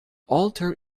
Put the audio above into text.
alter